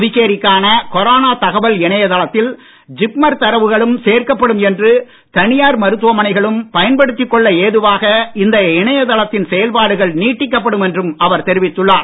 புதுச்சேரிக்கான corona அவர் தகவல் இணையதளத்தில் ஜிப்மர் தரவுகளும் சேர்க்கப்படும் என்றும் தனியார் மருத்துவமனைகளும் பயன்படுத்திக் கொள்ள ஏதுவாக இந்த இணையதளத்தின் செயல்பாடுகள் நீட்டிக்கப்படும் என்றும் அவர் தெரிவித்துள்ளார்